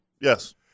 Yes